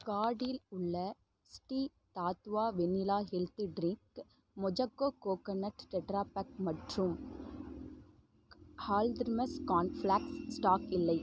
கார்டில் உள்ள Sri Tattva vanilla health drink மொஜக்கோ கோக்கனெட் டெட்ராப்பேக் மற்றும் ஹால்த்ரிமஸ் கான்ஃப்ளேக்ஸ் ஸ்டாக் இல்லை